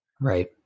Right